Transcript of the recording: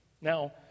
Now